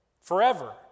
forever